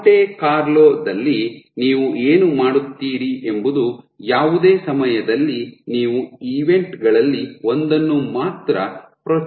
Monte Carlo ದಲ್ಲಿ ನೀವು ಏನು ಮಾಡುತ್ತೀರಿ ಎಂಬುದು ಯಾವುದೇ ಸಮಯದಲ್ಲಿ ನೀವು ಈವೆಂಟ್ ಗಳಲ್ಲಿ ಒಂದನ್ನು ಮಾತ್ರ ಪ್ರಚೋದಿಸುವುದು